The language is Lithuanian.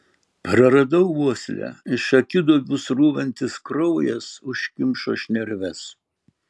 praradau uoslę iš akiduobių srūvantis kraujas užkimšo šnerves